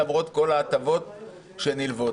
למרות כל ההטבות שנלוות.